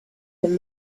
from